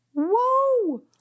Whoa